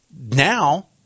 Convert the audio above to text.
now –